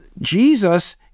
Jesus